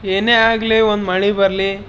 ಏನೆ ಆಗಲಿ ಒಂದು ಮಳೆ ಬರಲಿ